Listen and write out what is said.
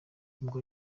ubwo